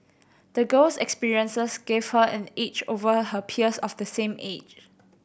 the girl's experiences gave her an edge over her peers of the same age